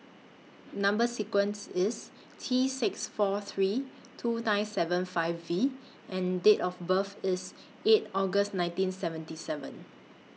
Number sequence IS T six four three two nine seven five V and Date of birth IS eight August nineteen seventy seven